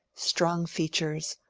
strong features,